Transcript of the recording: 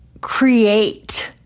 create